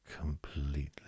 Completely